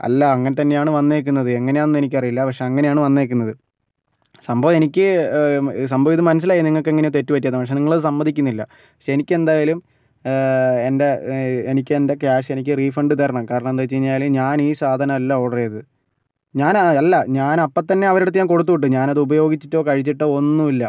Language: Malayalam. അല്ല അങ്ങനെത്തന്നെയാണ് വന്നിരിക്കുന്നത് എങ്ങനെയാണെന്നൊന്നും എനിക്കറിയില്ല പക്ഷേ അങ്ങനെയാണ് വന്നിരിക്കുന്നത് സംഭവം എനിക്ക് സംഭവം ഇത് മനസ്സിലായി നിങ്ങൾക്കെങ്ങനെയാണ് തെറ്റ് പറ്റിയത് എന്ന് പക്ഷേ നിങ്ങൾ സമ്മതിക്കുന്നില്ല പക്ഷേ എനിക്കെന്തായാലും എന്റെ എനിക്കെന്റെ ക്യാഷ് എനിക്ക് റീഫണ്ട് തരണം കാരണമെന്താ വെച്ചു കഴിഞ്ഞാൽ ഞാനീ സാധനമല്ല ഓർഡർ ചെയ്തത് ഞാൻ അല്ല ഞാൻ അപ്പം തന്നെ അവരുടെ അടുത്ത് കൊടുത്തു വിട്ടു ഞാനത് ഉപയോഗിച്ചിട്ടോ കഴിച്ചിട്ടോ ഒന്നുമില്ല